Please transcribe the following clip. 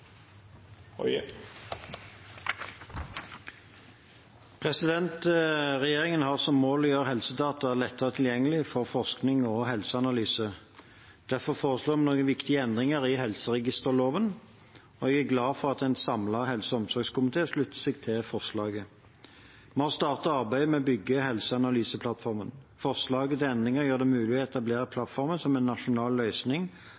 forskning og helseanalyse. Derfor foreslår vi noen viktige endringer i helseregisterloven, og jeg er glad for at en samlet helse- og omsorgskomité slutter seg til forslaget. Vi har startet arbeidet med å bygge helseanalyseplattformen. Forslaget til endringer gjør det mulig å etablere plattformen som en nasjonal løsning